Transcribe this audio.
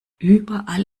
überall